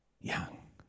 Young